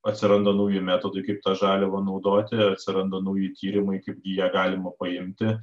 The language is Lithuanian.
atsiranda nauji metodai kaip tą žaliavą naudoti atsiranda nauji tyrimai kaip gi ją galima paimti